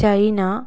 China